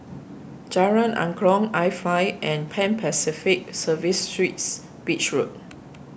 Jalan Angklong iFly and Pan Pacific Serviced Suites Beach Road